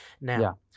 Now